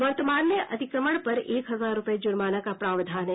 वर्तमान में अतिक्रमण पर एक हजार रूपये जुर्माना का प्रावधान है